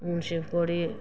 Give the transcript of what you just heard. Shivkhori